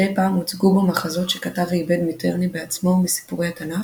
מדי פעם הוצגו בו מחזות שכתב ועיבד מיטרני בעצמו מסיפורי התנ"ך,